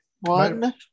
One